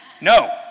No